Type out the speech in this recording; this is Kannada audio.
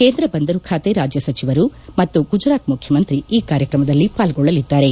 ಕೇಂದ್ರ ಬಂದರು ಖಾತೆ ರಾಜ್ಯ ಸಚಿವರು ಮತ್ತು ಗುಜರಾತ್ ಮುಖ್ಯಮಂತ್ರಿ ಈ ಕಾರ್ಯಕ್ರಮದಲ್ಲಿ ಪಾಲ್ಗೊಳ್ಳಲಿದ್ದಾರೆ